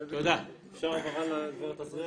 אפשר הבהרה לגברת אזריאל?